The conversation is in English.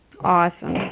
Awesome